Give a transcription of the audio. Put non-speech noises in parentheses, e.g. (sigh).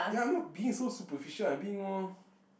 ya I'm not being so superficial I'm being more (breath)